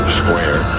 square